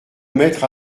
maître